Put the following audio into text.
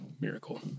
miracle